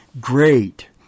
Great